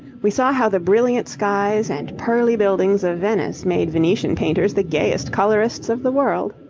we saw how the brilliant skies and pearly buildings of venice made venetian painters the gayest colourists of the world.